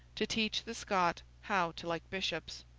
to teach the scotch how to like bishops.